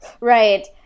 Right